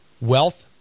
wealth